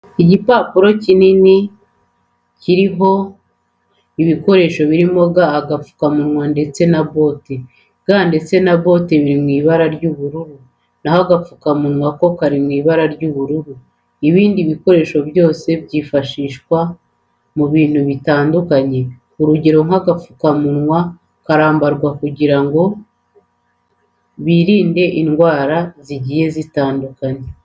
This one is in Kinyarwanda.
Igipapuro kinini kiriho ibikoresho birimo ga, agapfukamunwa ndetse na bote. Ga ndetse na bote bifite ibara ry'umukara, naho agapfukamunwa ko gafite ibara ry'ubururu. Ibi bikoresho byose byifashishwa mu bintu bitandukanye. Urugero nk'agapfukamunwa bakambara kugira ngo birinde indwara zigiye zitandukanye.